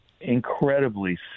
incredibly